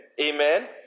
amen